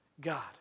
God